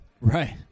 Right